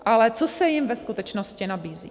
Ale co se jim ve skutečnosti nabízí?